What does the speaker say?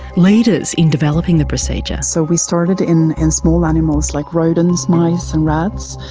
leaders in developing the procedure. so we started in in small animals like rodents, mice and rats.